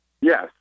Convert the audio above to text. Yes